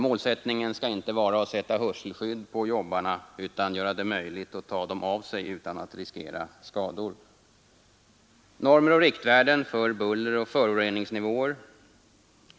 Målsättningen skall inte vara att sätta hörselskydd på jobbarna, utan att göra det möjligt för dem att ta av sig skydden utan att riskera skador.